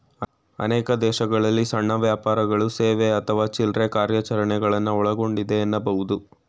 ಅನೇಕ ದೇಶಗಳಲ್ಲಿ ಸಣ್ಣ ವ್ಯಾಪಾರಗಳು ಸೇವೆ ಅಥವಾ ಚಿಲ್ರೆ ಕಾರ್ಯಾಚರಣೆಗಳನ್ನ ಒಳಗೊಂಡಿದೆ ಎನ್ನಬಹುದು